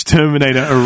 Terminator